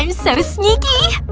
um so sneaky!